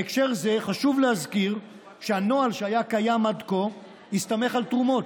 בהקשר זה חשוב להזכיר שהנוהל שהיה קיים עד כה הסתמך על תרומות.